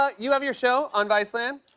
ah you have your show on viceland.